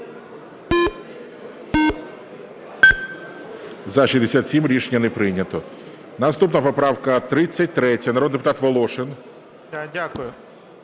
За-67 Рішення не прийнято. Наступна поправка 33. Народний депутат Волошин.